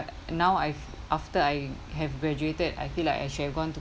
now I've after I have graduated I feel like I should have gone to